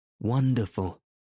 wonderful